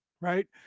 right